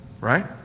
right